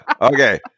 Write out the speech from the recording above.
Okay